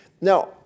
Now